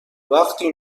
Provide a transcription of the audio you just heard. وقتی